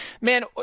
Man